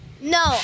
No